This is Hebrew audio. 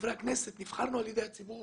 חברי הכנסת, נבחרנו על ידי הציבור